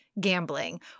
gambling